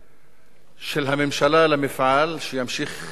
של הממשלה למפעל, כדי שימשיך לייצר,